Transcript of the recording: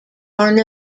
are